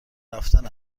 رفتن